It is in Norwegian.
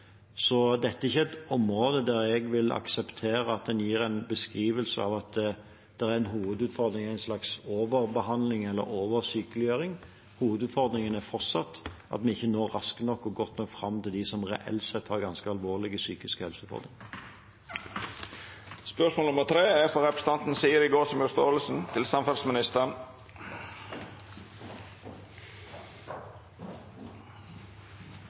Så dette er ikke et område der jeg vil akseptere at en gir en beskrivelse av at hovedutfordringen er en slags overbehandling eller oversykeliggjøring. Hovedutfordringen er fortsatt at vi ikke når raskt nok og godt nok fram til dem som reelt sett har ganske alvorlige psykiske helseutfordringer. Jeg tillater meg å stille følgende spørsmål til samferdselsministeren: «Ved behandlingen av NTP fremmet Arbeiderpartiet forslag om at